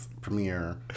premiere